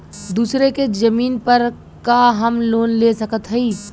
दूसरे के जमीन पर का हम लोन ले सकत हई?